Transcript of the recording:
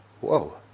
whoa